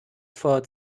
for